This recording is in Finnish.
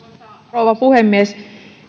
rouva puhemies